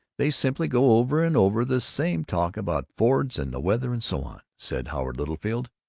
they simply go over and over the same talk about fords and the weather and so on. said howard littlefield.